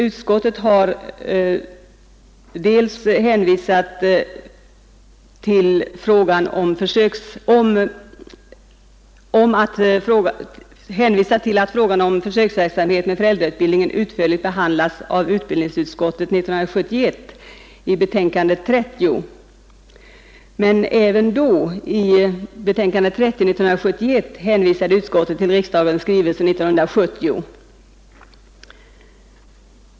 Utskottet hänvisar också till att frågan om försöksverksamhet med föräldrautbildning utförligt behandlats av utbildningsutskottet 1971 i betänkande 30. Men även i detta betänkande hänvisade utskottet till riksdagens skrivelse 1970.